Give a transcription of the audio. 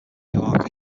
newark